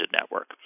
network